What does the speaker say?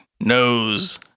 knows